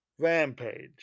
Rampage